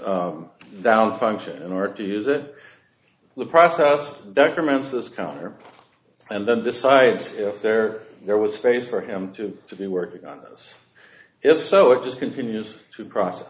the down function in order to use it the process documents this counter and then decides if there there was space for him to be working on this if so it just continues to process